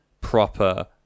proper